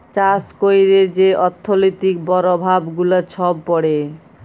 চাষ ক্যইরে যে অথ্থলৈতিক পরভাব গুলা ছব পড়ে